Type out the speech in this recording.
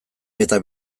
eta